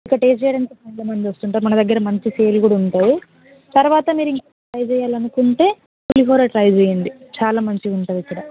ఇంకా టేస్ట్ చేయడానికి చాలా మంది వస్తుంటారు మన దగ్గర మంచి సేల్ కూడా ఉంటుంది తరువాత మీరు ఇంకా ట్రై చేయాలని అనుకుంటే పులిహోర ట్రై చేయండి చాలా మంచిగా ఉంటుంది ఇక్కడ